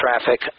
traffic